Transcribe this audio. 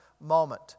moment